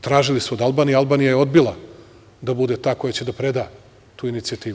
Tražili su od Albanije Albanija je odbila da bude ta koja će da preda tu inicijativu.